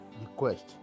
request